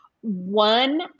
one